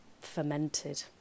Fermented